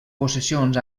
possessions